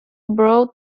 broad